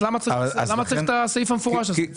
למה צריך את הסעיף המפורש הזה?